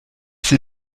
sie